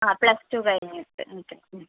ആ plus two കഴിഞ്ഞിട്ട് നിൽക്കുന്നു